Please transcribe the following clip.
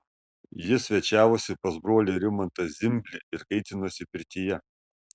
jis svečiavosi pas brolį rimantą zimblį ir kaitinosi pirtyje